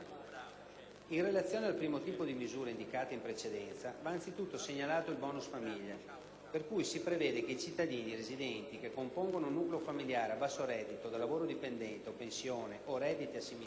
In relazione al primo tipo di misure indicate in precedenza, va anzitutto segnalato il *bonus* famiglie, per cui si prevede che i cittadini residenti che compongono un nucleo familiare a basso reddito da lavoro dipendente o pensione o redditi assimilati